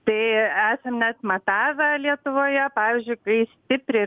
tai esam net matavę lietuvoje pavyzdžiui kai stipriai